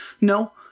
No